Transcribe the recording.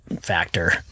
factor